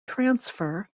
transfer